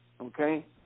Okay